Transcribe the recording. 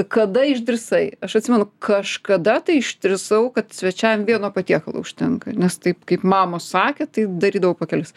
kada išdrįsai aš atsimenu kažkada tai išdrįsau kad svečiam vieno patiekalo užtenka nes taip kaip mamos sakė tai darydavau po kelis